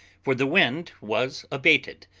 for the wind was abated,